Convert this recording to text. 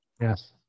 yes